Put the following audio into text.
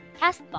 Castbox